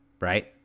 right